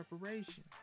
preparation